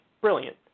brilliant